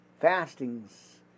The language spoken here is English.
fastings